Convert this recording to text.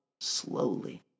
slowly